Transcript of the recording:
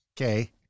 Okay